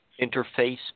interface